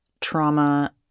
trauma